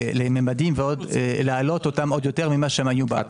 לממדים ולהעלות אותם עוד יותר ממה שהיה.